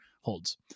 holds